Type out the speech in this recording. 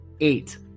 eight